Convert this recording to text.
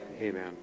Amen